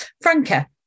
Franca